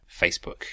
Facebook